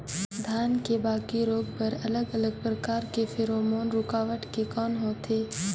धान के बाकी रोग बर अलग अलग प्रकार के फेरोमोन रूकावट के कौन होथे?